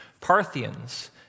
Parthians